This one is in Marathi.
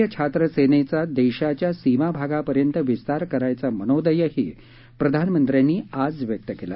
राष्ट्रीय छात्र सेनेचा देशाच्या सीमाभागापर्यंत विस्तार करण्याचा मनोदयही प्रधानमंत्र्यांनी आज व्यक्त केला